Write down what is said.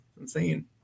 Insane